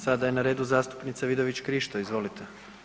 Sada je na redu zastupnica Vidović Krišto, izvolite.